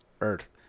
earth